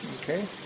Okay